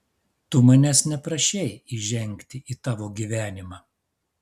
tu manęs neprašei įžengti į tavo gyvenimą